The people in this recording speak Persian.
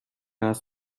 است